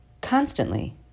constantly